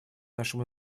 нашему